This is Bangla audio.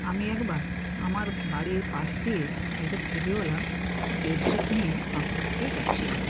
আমি একবার আমার বাড়ির পাশ দিয়ে একজন ফেরিওয়ালা বেডশিট নিয়ে হাঁকতে হাঁকতে যাচ্ছিলো